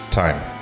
time